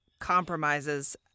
compromises